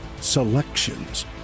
selections